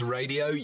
Radio